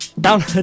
Down